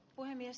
puhemies